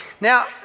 Now